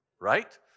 right